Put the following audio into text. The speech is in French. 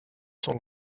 son